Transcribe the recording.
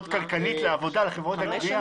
מיקי,